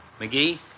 McGee